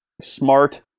smart